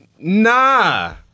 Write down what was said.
Nah